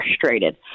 frustrated